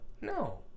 no